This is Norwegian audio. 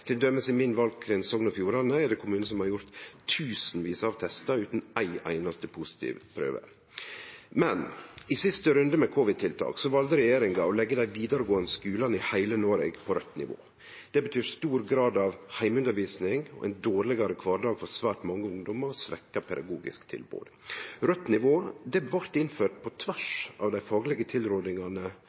i min valkrins, Sogn og Fjordane, kommunar som har gjort tusenvis av testar utan ei einaste positiv prøve. I siste runde med covid-tiltak valde regjeringa å leggje dei vidaregåande skulane i heile Noreg på raudt nivå. Det betyr stor grad av heimeundervisning, ein dårlegare kvardag for svært mange ungdomar og eit svekt pedagogisk tilbod. Raudt nivå blei innført og er framleis, på tvers av dei faglege tilrådingane